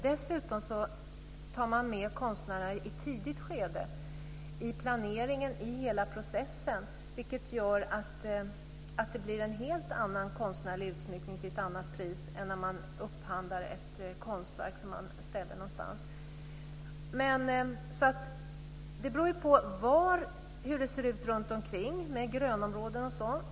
Dessutom tar man med konstnärerna i ett tidigt skede av planeringen och i hela processen, vilket gör att det blir en helt annan konstnärlig utsmyckning till ett annat pris än när man upphandlar ett konstverk som man ställer någonstans. Det beror på hur det ser ut runt omkring, om det finns grönområden.